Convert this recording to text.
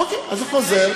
אוקיי, אז זה חוזר.